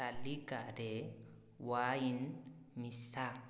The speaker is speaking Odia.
ତାଲିକାରେ ୱାଇନ୍ ମିଶା